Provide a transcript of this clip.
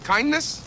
Kindness